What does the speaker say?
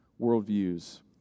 worldviews